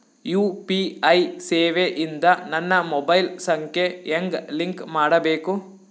UPI ಸೇವೆ ಇಂದ ನನ್ನ ಮೊಬೈಲ್ ಸಂಖ್ಯೆ ಹೆಂಗ್ ಲಿಂಕ್ ಮಾಡಬೇಕು?